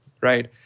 Right